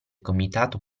comitato